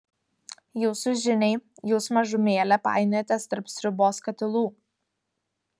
jūsų žiniai jūs mažumėlę painiojatės tarp sriubos katilų